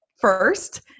first